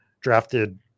Drafted